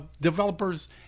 developers